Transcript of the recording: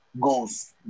goals